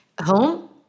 home